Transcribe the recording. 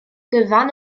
gyfan